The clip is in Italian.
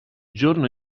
giorno